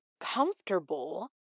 comfortable